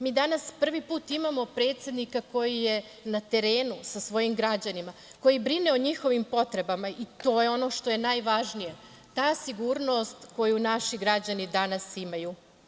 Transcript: Mi danas prvi put imamo predsednika koji je na terenu sa svojim građanima, koji brine o njihovim potrebama i to je ono što je najvažnije, ta sigurnost koju naši građani danas imaju.